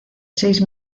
seis